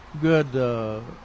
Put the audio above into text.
Good